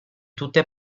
tutte